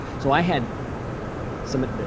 so i had some